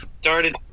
started